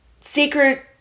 secret